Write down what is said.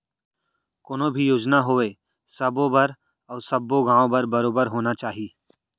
कोनो भी योजना होवय सबो बर अउ सब्बो गॉंव बर बरोबर होना चाही